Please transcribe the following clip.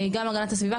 גם הגנת הסביבה,